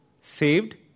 saved